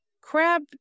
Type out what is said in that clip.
crab